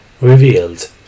revealed